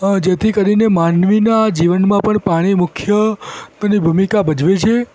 જેથી કરીને માનવીનાં જીવનમાં પણ પાણી મુખ્ય ભૂમિકા ભજવે છે